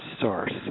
source